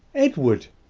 edward!